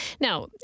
Now